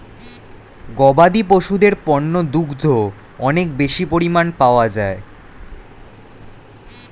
গবাদি পশুদের পণ্য দুগ্ধ অনেক বেশি পরিমাণ পাওয়া যায়